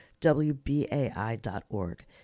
wbai.org